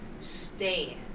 stand